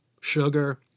sugar